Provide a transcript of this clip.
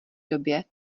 době